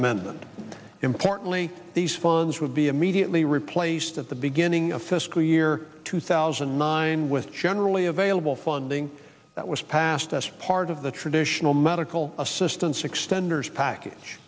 amendment importantly these funds would be immediately replaced at the beginning of fiscal year two thousand and nine with generally available funding that was passed as part of the traditional medical assistance extenders package